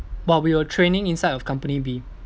while we were training inside of company B